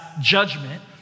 judgment